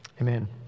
Amen